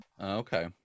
Okay